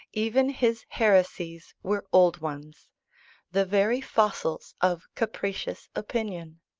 even his heresies were old ones the very fossils of capricious opinion.